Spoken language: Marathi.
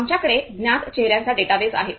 आमच्याकडे ज्ञात चेहऱ्यांचा डेटाबेस आहे